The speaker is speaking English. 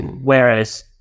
whereas